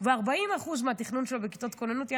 ו-40% מהתכנון שלו בכיתות הכוננות ירד,